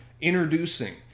introducing